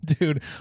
Dude